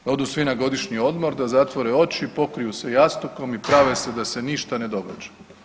Da odu svi na godišnji odmor, da zatvore oči, pokriju se jastukom i prave se da se ništa ne događa.